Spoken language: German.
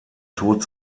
tod